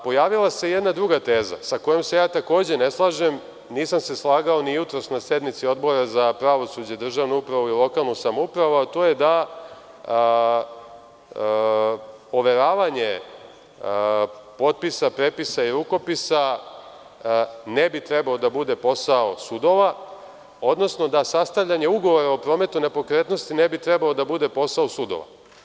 Pojavila se jedna druga teza sa kojom se ja takođe ne slažem, nisam se slagao ni jutros na sednici Odbora za pravosuđe, državnu upravu i lokalnu samoupravu, a to je da overavanje potpisa, prepisa i rukopisa ne bi trebao da bude posao sudova, odnosno da sastavljanje ugovora o prometu nepokretnosti ne bi trebao da bude posao u sudova.